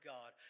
God